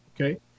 Okay